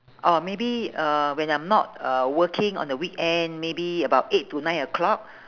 orh maybe uh when I'm not uh working on the weekend maybe about eight to nine o'clock